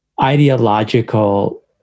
ideological